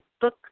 book